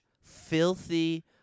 filthy